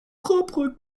propres